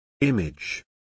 Image